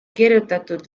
kirjutatud